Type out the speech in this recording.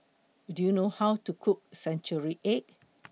Do YOU know How to Cook Century Egg